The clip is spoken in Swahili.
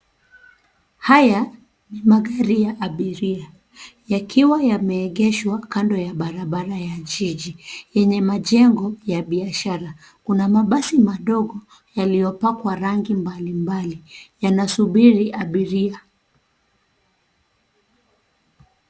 Haya ni magari ya abiria, yakiwa yameegeshwa kando ya barabara ya jiji, yenye majengo ya biashara. Kuna mabasi madogo yaliyopakwa rangi mbali mbali. Yanasubiri abiria.